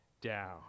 down